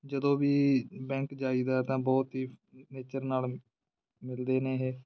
ਜਦੋਂ ਵੀ ਬੈਂਕ ਜਾਈਦਾ ਤਾਂ ਬਹੁਤ ਹੀ ਨੇਚਰ ਨਾਲ ਮਿਲਦੇ ਨੇ ਇਹ